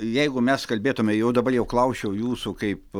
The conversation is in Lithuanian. jeigu mes kalbėtume jau dabar jau klausčiau jūsų kaip